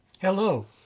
Hello